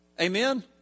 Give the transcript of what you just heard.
Amen